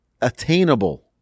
attainable